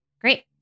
great